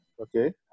Okay